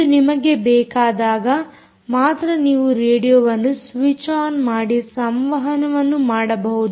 ಮತ್ತು ನಿಮಗೆ ಬೇಕಾದಾಗ ಮಾತ್ರ ನೀವು ರೇಡಿಯೊವನ್ನು ಸ್ವಿಚ್ ಆನ್ ಮಾಡಿ ಸಂವಹನವನ್ನು ಮಾಡಬಹುದು